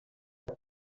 que